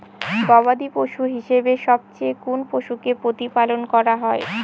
গবাদী পশু হিসেবে সবচেয়ে কোন পশুকে প্রতিপালন করা হয়?